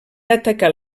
atacar